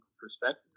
perspective